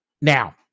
now